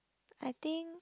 I think